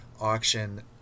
auction